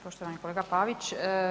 Poštovani kolega Pavić.